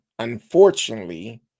Unfortunately